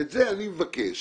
אני מבקש